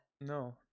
no